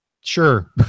sure